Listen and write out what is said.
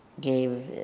gave